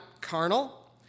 carnal